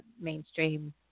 mainstream